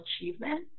achievement